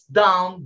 down